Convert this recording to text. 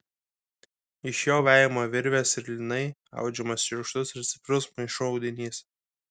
iš jo vejama virvės ir lynai audžiamas šiurkštus ir stiprus maišų audinys